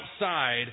outside